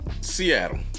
Seattle